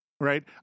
right